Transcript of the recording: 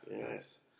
Nice